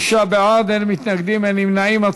26 בעד, אין מתנגדים, אין נמנעים.